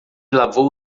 lavou